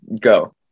Go